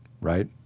right